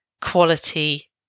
quality